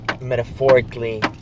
metaphorically